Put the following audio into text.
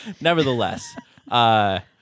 Nevertheless